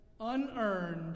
unearned